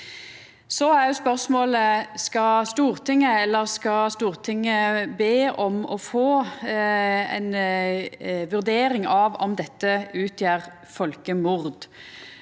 Så er spørsmålet: Skal Stortinget be om å få ei vurdering av om dette utgjer folkemord?